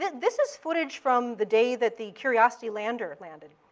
this is footage from the day that the curiosity lander landed.